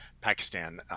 Pakistan